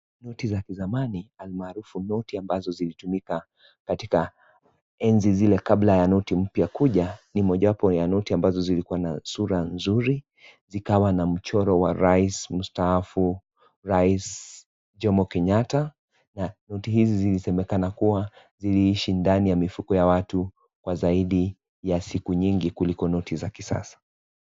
Noti za kizamani alimaarufu noti zilizotumika katika enzi zile kabla ya noti mpya kuja ni mojawapo ya noti ambazo zilikua na sura nzuri, zikawa na mchoro wa rais mstaafu, Rais Jomo Kenyatta. Noti hizi zilisemekana kuwa ziliishi ndani ya mifuko ya watu kwa zaidi ya siku nyingi kuliko noti za kisasa.